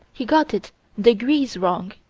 he got it degrees wrong.